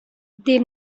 they